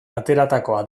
ateratakoa